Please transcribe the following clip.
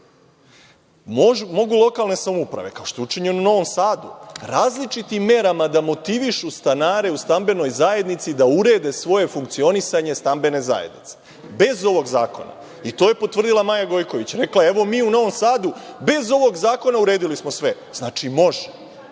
Mogu lokalne samouprave, kao što je učinjeno u Novom Sadu, različitim merama da motivišu stanare u stambenoj zajednici da urede svoje funkcionisanje stambene zajednice, bez ovog zakona. To je potvrdila Maja Gojković, rekla je – evo, mi u Novom Sadu bez ovog zakona uredili smo sve. Znači, može! Šta